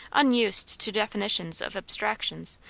unused to definitions of abstractions,